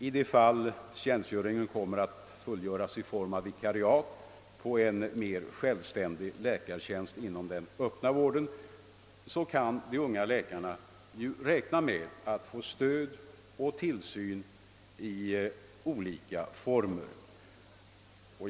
I de fall tjänstgöringen kommer att fullgöras i form av vikariat på en mera självständig läkartjänst i den öppna vården kan de unga läkarna räkna med att få stöd och tillsyn i olika former.